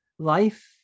Life